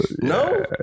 No